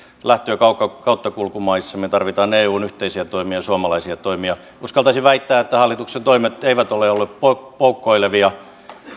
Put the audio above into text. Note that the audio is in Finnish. lähtö ja kauttakulkumaissa me tarvitsemme eun yhteisiä toimia ja suomalaisia toimia uskaltaisin väittää että hallituksen toimet eivät ole olleet poukkoilevia